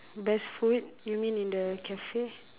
best food you mean in the cafe